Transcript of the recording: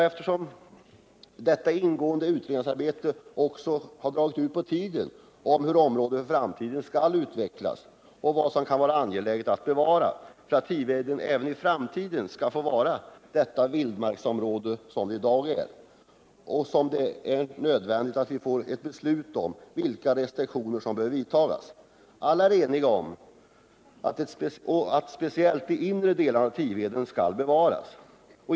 Eftersom denna utredning, om hur området för framtiden bör utvecklas och om vad som kan vara angeläget att bevara för att Tiveden i framtiden förblir det vildmarksområde det i dag är, har dragit ut på tiden, är det nödvändigt att vi får ett beslut om vilka restriktioner som bör vidtas. Alla är eniga om att särskilt de inre delarna av Tiveden bör bevaras.